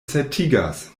certigas